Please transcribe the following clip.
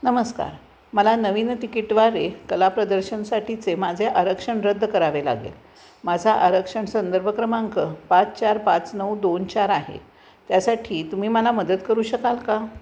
नमस्कार मला नवीन तिकिटद्वारे कला प्रदर्शनसाठीचे माझे आरक्षण रद्द करावे लागेल माझा आरक्षण संदर्भ क्रमांक पाच चार पाच नऊ दोन चार आहे त्यासाठी तुम्ही मला मदत करू शकाल का